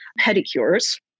pedicures